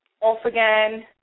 off-again